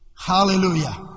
Hallelujah